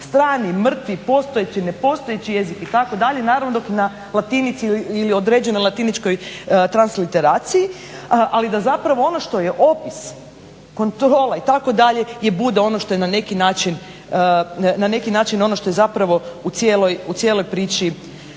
strani, mrtvi, postojeći, nepostojeći jezik itd. Naravno dok na latinici ili određenoj latiničkoj transliteraciji, ali da zapravo ono što je opis, kontrola itd. i bude ono što je na neki način ono što je zapravo u cijeloj priči